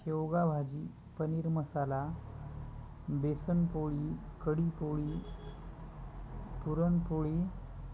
शेवगा भाजी पनीर मसाला बेसन पोळी कढी पोळी पुरणपोळी